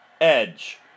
Edge